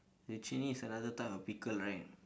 zucchini is another type of pickle right